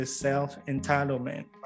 self-entitlement